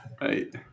right